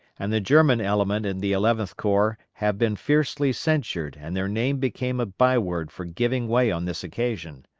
and the german element in the eleventh corps have been fiercely censured and their name became a byword for giving way on this occasion.